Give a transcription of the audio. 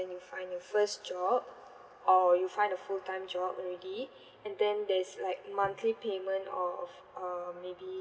you find your first job or you find the full time job already and then there's like monthly payment of uh maybe